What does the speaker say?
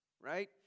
right